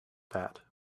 that